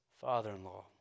father-in-law